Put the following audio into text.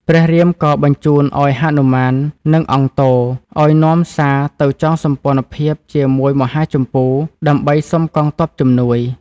ព្រះរាមក៏បញ្ជូនឱ្យហនុមាន និងអង្គទ អោយនាំសារទៅចងសម្ព័ន្ធភាពជាមួយមហាជម្ពូ ដើម្បីសុំកងទ័ពជំនួយ។